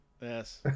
Yes